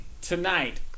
tonight